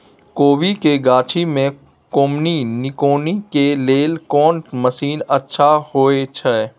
कोबी के गाछी में कमोनी निकौनी के लेल कोन मसीन अच्छा होय छै?